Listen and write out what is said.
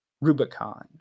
Rubicon